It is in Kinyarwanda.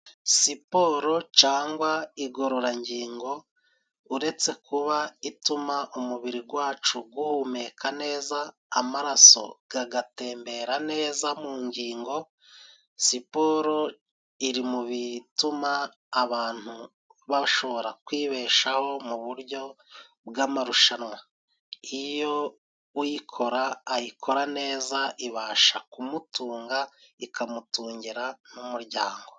Siporo cangwa igororangingo uretse kuba ituma umubiri gwacu guhumeka neza, amaraso kagatembera neza mu ngingo, siporo iri mu bituma abantu bashobora kwibeshaho mu buryo bw'amarushanwa. Iyo uyikora ayikora neza, ibasha kumutunga ikamutungira n'umuryango.